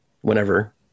Whenever